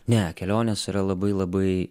ne kelionės yra labai labai